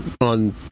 on